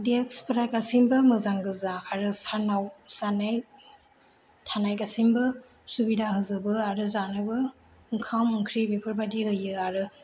डेक्सफ्रा गासैबो मोजां गोजा आरो सानाव जानाय थानाय गासैबो सुबिदा होजोबो आरो जानोबो ओंखाम ओंख्रि बेफोरबायदि होयो आरो